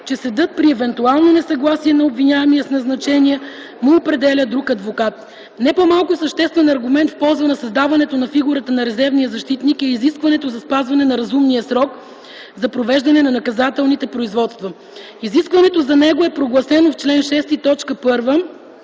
че съдът при евенуално несъгласие на обвиняемия с назначения, му определя друг адвокат. Не по-малко съществен аргумент в полза на създаването на фигурата на резервния защитник е и изискването за спазване на „разумния срок” за провеждане на наказателните производства. Изискването за него е прогласено в чл. 6,